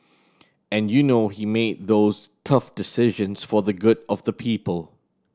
and you know he made those tough decisions for the good of the people